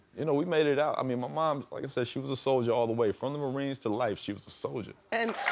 you know we made it out. i mean my mom, like i said she was a soldier all the way. from the marines to life she was a soldier. and